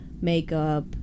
makeup